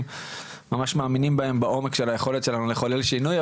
ממש מאמינים בהם בעומק של היכולת שלנו לחולל שינוי,